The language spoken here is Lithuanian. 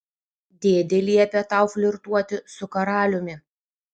dėdė liepė tau flirtuoti su karaliumi